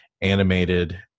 animated